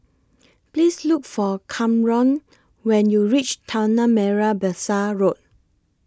Please Look For Kamron when YOU REACH Tanah Merah Besar Road